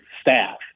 staff